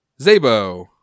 Zabo